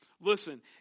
Listen